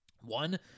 One